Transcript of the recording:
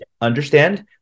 understand